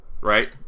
Right